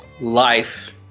life